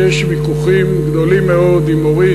כשיש ויכוחים גדולים מאוד עם אורית,